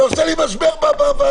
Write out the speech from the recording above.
אתה עושה לי משבר בוועדה,